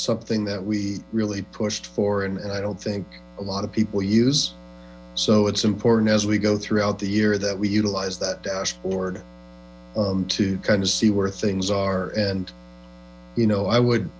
something that we really pushed for and i don't think a lot of people use so it's important as we go throughout the year that we utilize that dashboard to kind of see where things are and you know i would